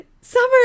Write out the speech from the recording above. summer